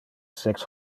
sex